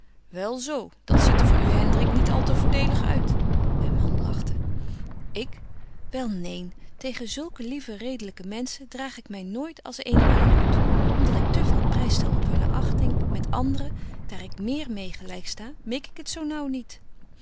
wel zo dat ziet er voor u hendrik niet al te voordelig uit myn man lachte ik wel neen tegen zulke lieve redelyke menschen draag ik my nooit als eene malloot om dat ik te veel prys stel op hunne achting met andren daar ik méér meê gelyk sta mik ik het zo naauw niet